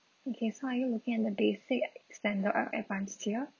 okay so are you looking at the basic standard or advanced tier